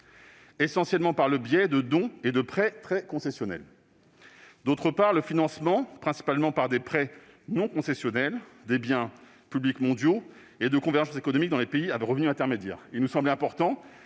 essentiellement par le biais de dons et de prêts très concessionnels ; d'autre part, le financement, principalement par des prêts non concessionnels, des biens publics mondiaux et de la convergence économique dans les pays à revenu intermédiaire. Il nous semblait important